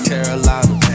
Carolina